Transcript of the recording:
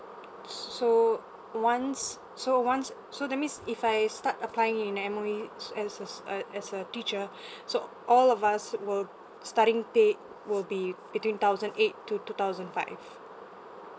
so once so once so that means if I start applying in M_O_E as a uh as a teacher so all of us were starting pay will be between thousand eight to two thousand five